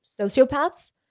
sociopaths